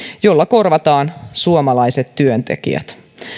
jolla korvataan suomalaiset työntekijät